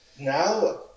Now